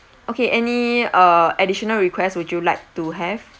okay any uh additional request would you like to have